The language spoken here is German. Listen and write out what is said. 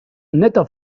netter